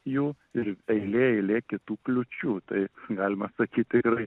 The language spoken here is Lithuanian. jų ir eilė eilė kitų kliūčių tai galima sakyt tikrai